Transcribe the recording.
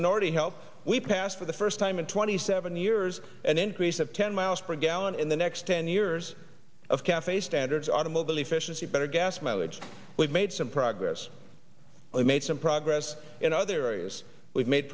minority help we passed for the first time in twenty seven years an increase of ten mpg in the next ten years of cafe standards automobile efficiency better gas mileage we've made some progress we made some progress in other areas we've made